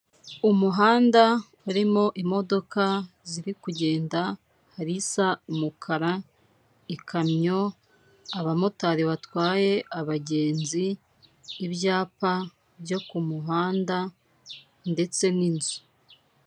Umuhanda, harimo imodoka ziri kugenda, hari isa umukara, ikamyo, abamotari batwaye abagenzi, ibyapa byo ku muhanda, ndetse n'inzu.